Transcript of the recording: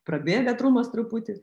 prabėga trumas truputį